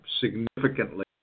significantly